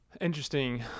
interesting